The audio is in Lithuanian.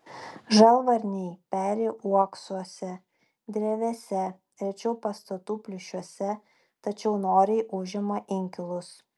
žalvarniai peri uoksuose drevėse rečiau pastatų plyšiuose tačiau noriai užima inkilus